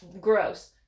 Gross